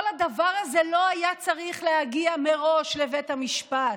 כל הדבר הזה לא היה צריך להגיע מראש לבית המשפט.